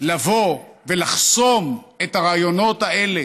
לבוא ולחסום את הרעיונות האלה